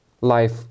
life